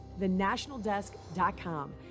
thenationaldesk.com